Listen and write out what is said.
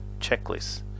checklist